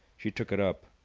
she took it up.